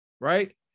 right